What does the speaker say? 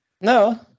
No